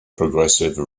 progressive